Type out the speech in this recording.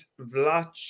Vlach